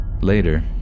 Later